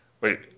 Wait